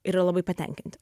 yra labai patenkinti